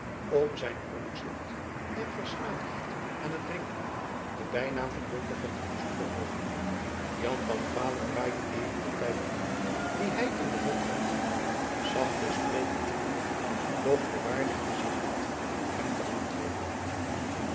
om zijn pronkzucht en verslaafdheid aan t drinken den bynaam van jonker van de moezel verworven jan van vaalen draaide even de pijp om die hy in den mond had zag den spreker aan doch verwaardigde zich niet hem te antwoorden